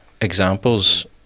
examples